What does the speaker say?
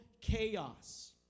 chaos